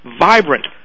vibrant